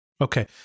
Okay